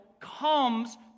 comes